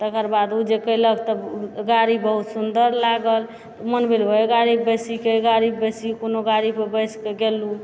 तकर बाद ओ जे कएलक तऽ गाड़ी बहुत सुन्दर लागल मन भेल ओहे गाड़ीमे बैसी की एहि गाड़ीमे बैसी कोनो गाड़ीमे बैस कऽ गेलहुँ